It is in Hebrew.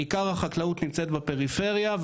עיקר החקלאות נמצאת בפריפריה,